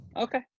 Okay